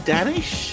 Danish